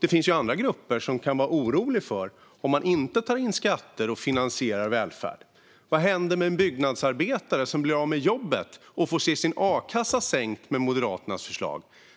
det finns andra grupper som kan vara oroliga för att man inte tar in skatter och finansierar välfärd. Vad händer med en byggnadsarbetare som blir av med jobbet och får se sin a-kasseersättning sänkt med Moderaternas förslag?